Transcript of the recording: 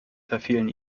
verfehlen